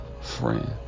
friend